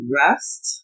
rest